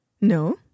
No